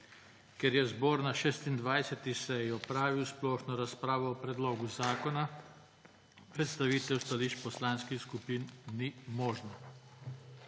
Ker je zbor na 26. seji opravil splošno razpravo o predlogu zakona, predstavitev stališč poslanskih skupin ni možna.